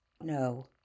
No